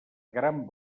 gran